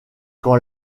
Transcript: quand